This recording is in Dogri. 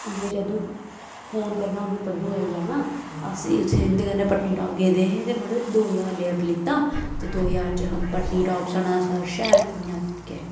उ'नें जदूं फ़ोन करना उ'नें तदूं आई जाना अस उत्थे उं'दे कन्नै पत्नीटाप गेदे दे ते मड़ेयो दो ज्हार रपेआ लैता ते दो ज्हार च हम पत्नीटाप सनासर शैल घूमी आए ते